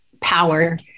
power